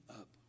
up